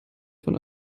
von